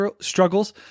struggles